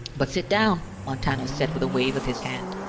but sit down, montano said with a wave of his hand,